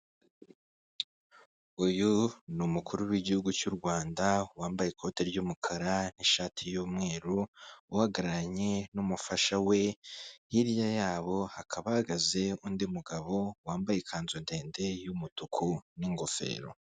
Uyu ni umukuru w'igihugu cy'u Rwanda wambaye ikoti ry'umukara n'ishati y'umweru uhagararanye n'umufasha we, hirya yabo hakaba hahagaze undi mugabo wambaye ikanzu ndende y'umutuku n'ingofero.